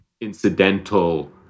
incidental